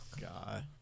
God